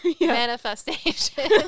Manifestation